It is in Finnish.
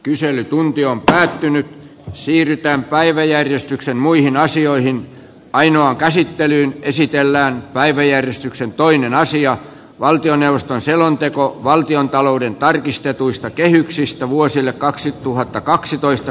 kyselytunti on päätynyt siirrytään päiväjärjestyksen muihin asioihin ainoa käsittelyyn esitellään päiväjärjestyksen toinen asia tätä pohdintaa me parasta aikaa nyt teemme